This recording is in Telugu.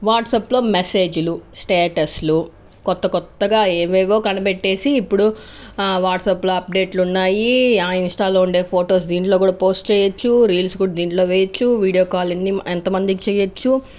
వాట్సాప్లో మెసేజ్లు స్టేటస్లు కొత్త కొత్తగా ఏవేవో కనిపెట్టేసి ఇప్పుడు వాట్సాప్లో అప్డేట్లు ఉన్నాయి ఆ ఇన్స్టాల్లో ఉన్న ఫోటోలు దీనిలో కూడా పోస్ట్ చేయ్యచ్చు రీల్స్ కూడా దీంట్లో వేయ్యచ్చు వీడియో కాల్ ఎంతమందికి చేయ్యచ్చు